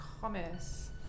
commerce